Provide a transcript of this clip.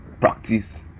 practice